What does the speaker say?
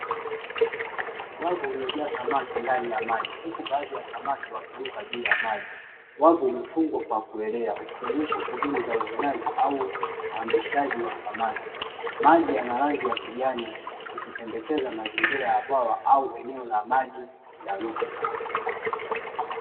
Wavu uliojaa samaki ndani ya maji huku baadhi ya samaki wakiruka juu ya maji, wavu umefungwa kwa kuelea ukionyesha shughuli za uvunaji au uhamishaji wa samaki, maji yanarangi ya kijani ikipendekeza mazingira ya bwawa au eneo la maji ya rutuba.